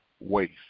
waste